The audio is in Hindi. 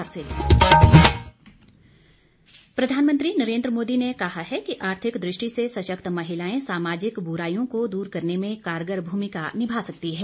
प्रधानमंत्री प्रधानमंत्री नरेन्द्र मोदी ने कहा है कि आर्थिक दृष्टि से सशक्त महिलाएं सामाजिक बुराइयों को दूर करने में कारगर भूमिका निभा सकती हैं